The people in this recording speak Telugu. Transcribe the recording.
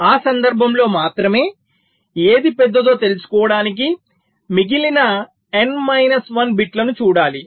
ఆ సందర్భంలో మాత్రమే ఏది పెద్దదో తెలుసుకోవడానికి మిగిలిన n మైనస్ 1 బిట్లను చూడాలి